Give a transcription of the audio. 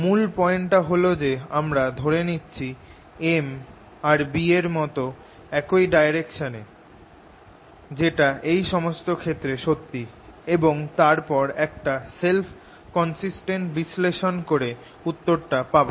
মুল পয়েন্টটা হল যে আমরা ধরে নিয়েছি M B এর মতন একই ডাইরেকশন এ যেটা এই সমস্ত ক্ষেত্রে সত্যি এবং তারপর একটা সেল্ফ কন্সিস্টেন্ট বিশ্লেষণ করে উত্তর টা পাব